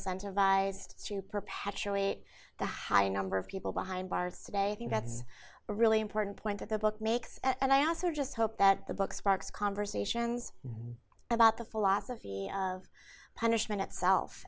incentivized to perpetuate the high number of people behind bars today i think that's a really important point that the book makes and i also just hope that the book sparks conversations about the philosophy of punishment itself